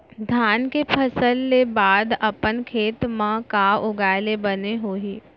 धान के फसल के बाद अपन खेत मा का उगाए ले बने होही?